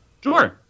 Sure